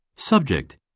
Subject